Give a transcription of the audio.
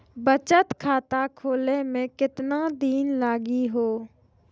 बचत खाता खोले मे केतना दिन लागि हो?